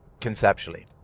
conceptually